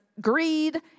greed